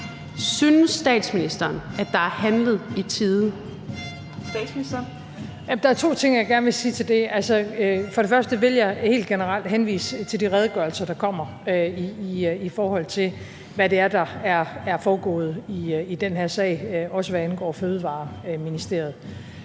13:39 Statsministeren (Mette Frederiksen): Der er to ting, jeg gerne vil sige til det. Jeg vil helt generelt henvise til de redegørelser, der kommer, i forhold til hvad det er, der er foregået i den her sag, også hvad angår Fødevareministeriet